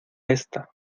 esta